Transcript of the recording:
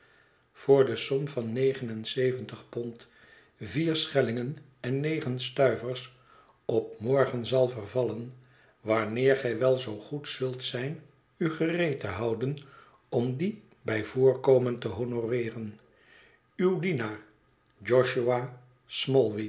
voor de som van negen en zeventig pond vier schellingen en negen stuivers op morgen zal vervallen wanneer gij wel zoo goed zult zijn u gereed te houden om dien bij voorkomen te honoreeren uw dienaar josua